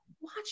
Watch